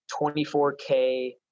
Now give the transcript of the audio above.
24K